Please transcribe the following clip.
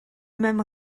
même